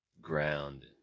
ground